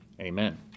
amen